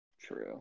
True